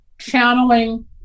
channeling